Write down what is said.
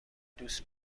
دوست